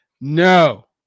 No